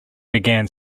began